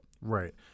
Right